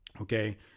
Okay